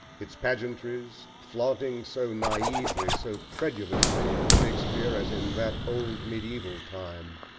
its pageantries, flaunting so naively, so credulously, in shakespeare, as in that old medieval time.